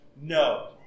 no